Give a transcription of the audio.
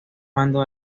mando